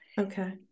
Okay